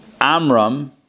Amram